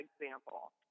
example